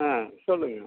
ஆ சொல்லுங்கள்